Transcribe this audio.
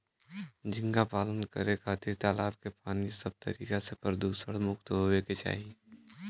झींगा पालन करे खातिर तालाब के पानी सब तरीका से प्रदुषण मुक्त होये के चाही